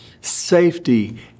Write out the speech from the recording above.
Safety